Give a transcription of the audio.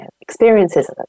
experiences